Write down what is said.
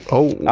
oh.